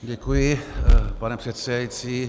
Děkuji, pane předsedající.